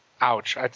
Ouch